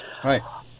Hi